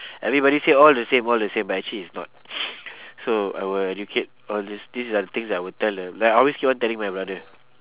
everybody say all the same all the same but actually it's not so I will educate all these these are the things that I would tell the like I always keep on telling my brother